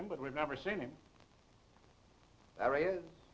him but we've never seen him areas